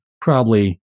Probably-